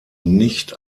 nicht